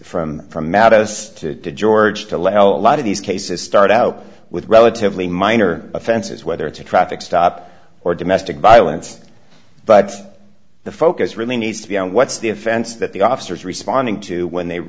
from from matt as to george to let a lot of these cases start out with relatively minor offenses whether it's a traffic stop or domestic violence but the focus really needs to be on what's the offense that the officers responding to when they